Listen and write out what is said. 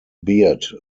beard